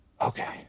okay